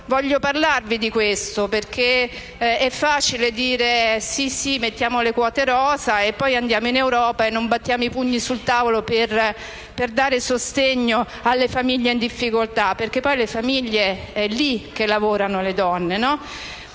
voglio parlarvi di tale questione, perché è facile dire che si prevedono le quote rosa quando poi andiamo in Europa e non battiamo i pugni sul tavolo per dare sostegno alle famiglie in difficoltà. Anche perché è nelle famiglie che lavorano le donne.